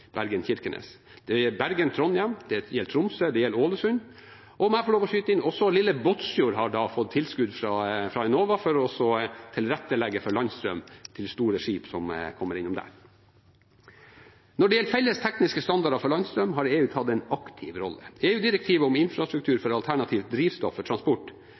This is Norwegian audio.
Det gjelder Bergen, Trondheim, Tromsø og Ålesund, og – om jeg får lov å skyte inn – også lille Båtsfjord har fått tilskudd fra Enova for å tilrettelegge for landstrøm til store skip som kommer innom der. Når det gjelder felles tekniske standarder for landstrøm, har EU tatt en aktiv rolle. EU-direktivet om infrastruktur for alternative drivstoff for transport